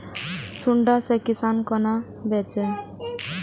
सुंडा से किसान कोना बचे?